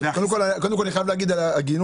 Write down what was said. קודם כל, אני חייב להגיד על ההגינות,